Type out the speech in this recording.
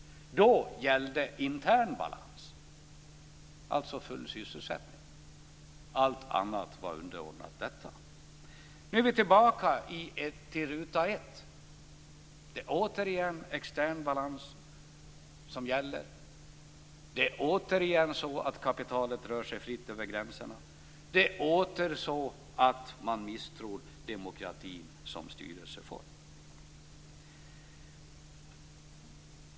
Då gällde intern balans, alltså full sysselsättning; allt annat var underordnat detta. Nu är vi tillbaka i ruta 1. Det är återigen extern balans som gäller. Det är återigen så att kapitalet rör sig fritt över gränserna. Det är återigen så att man misstror demokratin som styrelseform.